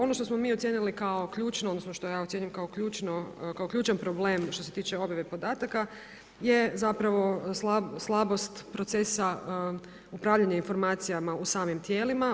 Ono što smo mi ocijenili kao ključno odnosno što ja ocjenjujem kao ključan problem što se tiče objave podataka je slabost procesa upravljanja informacijama u samim tijelima.